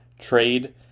trade